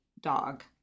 dog